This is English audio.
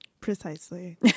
Precisely